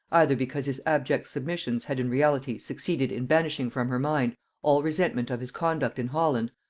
either because his abject submissions had in reality succeeded in banishing from her mind all resentment of his conduct in holland,